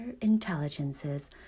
intelligences